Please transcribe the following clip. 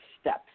steps